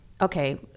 okay